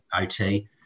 OT